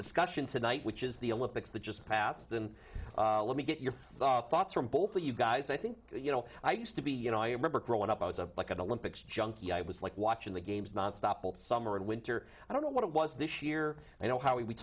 discussion tonight which is the olympics that just passed them let me get your thoughts thoughts from both of you guys i think you know i used to be you know i remember growing up i was a like an olympics junkie i was like watching the games nonstop all summer and winter i don't know what it was this year you know how we